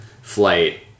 flight